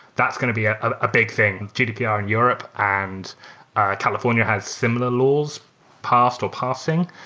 that's going to be a ah big thing. gdpr in europe and california has similar laws, parsed or parsing.